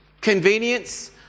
convenience